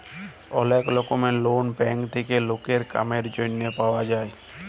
ওলেক রকমের loan bank থেক্যে লকের কামের জনহে পাওয়া যায়